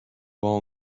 all